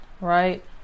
right